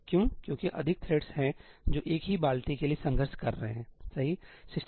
क्यों क्योंकि अधिक थ्रेड्स हैं जो एक ही बाल्टी के लिए संघर्ष कर रहे हैं सही